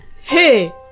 Hey